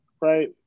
right